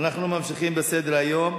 אנחנו ממשיכים בסדר-היום: